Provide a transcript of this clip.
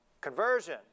Conversion